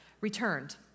returned